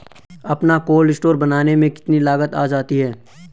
अपना cold store बनाने में कितनी लागत आ जाती है?